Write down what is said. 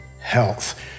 health